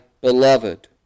beloved